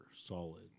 solid